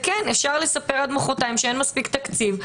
אפשר לספר עד מוחרתיים שאין מספיק תקציב.